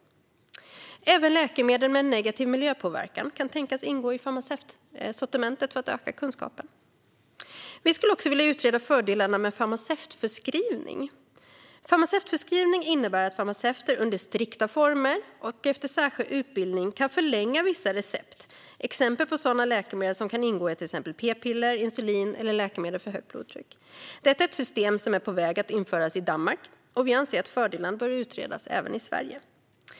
Även läkemedel med en negativ miljöpåverkan kan tänkas ingå i farmaceutsortimentet för att öka kunskapen om dessa. Vi vill också utreda fördelarna med farmaceutförskrivning. Farmaceutförskrivning innebär att farmaceuter under strikta former och efter särskild utbildning kan förlänga vissa recept. Exempel på läkemedel som kan ingå är p-piller, insulin och läkemedel mot högt blodtryck. Detta är ett system som är på väg att införas i Danmark, och vi anser att fördelarna bör utredas även i Sverige.